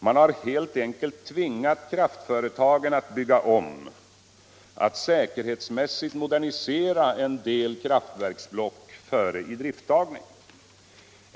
Man har helt enkelt tvingat kraftföretagen att bygga om, att ”säkerhetsmässigt modernisera” en del kraftverksblock för idrifttagning.